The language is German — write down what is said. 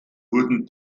wurden